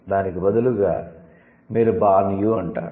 దానికి బదులుగా మీరు 'బాన్ యు' అంటారు